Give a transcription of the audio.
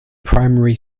primary